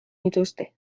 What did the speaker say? dituzte